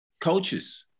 coaches